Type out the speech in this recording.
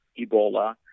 Ebola